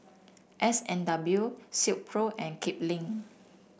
S and W Silkpro and Kipling